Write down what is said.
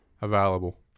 available